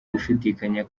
gushidikanya